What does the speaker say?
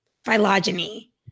phylogeny